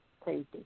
crazy